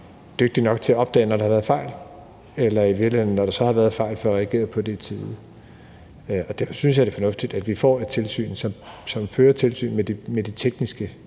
dygtige nok til at opdage, når der har været fejl, eller i virkeligheden når der så har været fejl, har man ikke fået reageret på det i tide. Derfor synes jeg, det er fornuftigt, at vi får et tilsyn, som fører tilsyn med de tekniske